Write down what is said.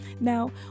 Now